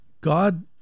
God